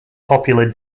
popular